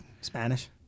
Spanish